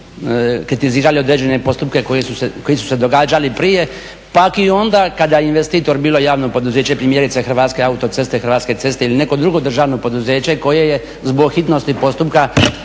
kritizirali određene postupke koji su se događali prije pa … onda kada je investitor bio javno poduzeće, primjerice Hrvatske autoceste, Hrvatske ceste ili neko drugo državno poduzeće koje je zbog hitnosti postupka